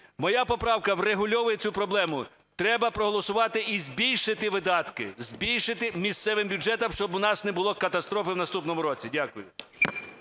Моя поправка врегульовує цю проблему, треба проголосувати і збільшити видатки, збільшити місцевим бюджетам, щоб у нас не було катастрофи в наступному році. Дякую.